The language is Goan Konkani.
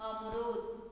अमरूद